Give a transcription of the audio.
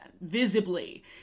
visibly